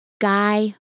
Guy